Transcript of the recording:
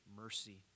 mercy